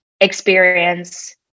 experience